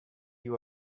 you